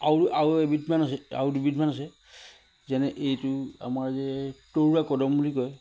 আৰু আৰু এবিধমান আছে আৰু দুবিধমান আছে যেনে এইটো আমাৰ যে তৰুৱা কদম বুলি কয়